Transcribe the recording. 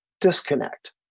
disconnect